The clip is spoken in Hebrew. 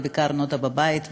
וביקרנו אותו בבית,